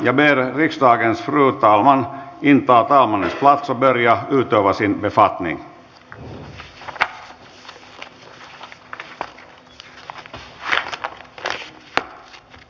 jag ber riksdagens fru talman inta talmannens plats och börja utöva sin befattning